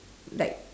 like